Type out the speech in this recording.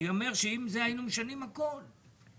אני אומר שהיינו משנים את הכול,